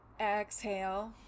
Exhale